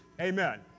Amen